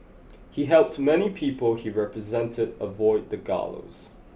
he helped many people he represented avoid the gallows